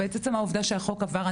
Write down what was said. ואת עצם העובדה שהחוק עבר.